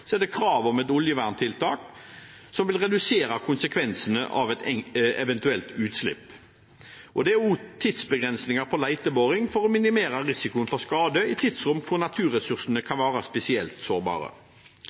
er det krav om oljeverntiltak som vil redusere konsekvensene av et eventuelt utslipp. Det er også tidsbegrensninger på leteboring for å minimere risikoen for skade i tidsrom hvor naturressursene